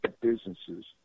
businesses